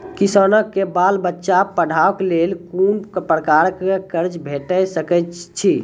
किसानक बाल बच्चाक पढ़वाक लेल कून प्रकारक कर्ज भेट सकैत अछि?